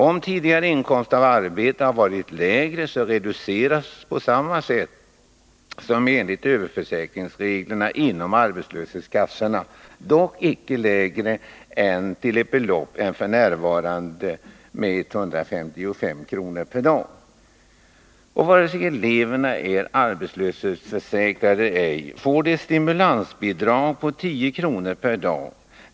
Om tidigare inkomst av arbete har varit lägre, reduceras bidraget på samma sätt som enligt överförsäkringsreglerna inom arbetslöshetskassorna, dock inte till lägre belopp än f.n. 155 kr. per dag. Vare sig eleverna är arbetslöshetsförsäkrade eller ej får de ett stimulansbidrag på 10 kr. per dag.